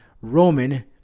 roman